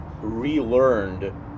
relearned